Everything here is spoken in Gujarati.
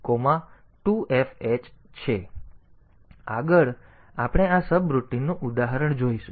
તેથી આગળ આપણે આ સબરૂટિનનું ઉદાહરણ જોઈશું